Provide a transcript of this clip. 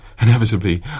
Inevitably